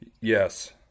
Yes